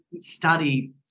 Study